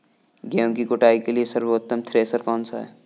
गेहूँ की कुटाई के लिए सर्वोत्तम थ्रेसर कौनसा है?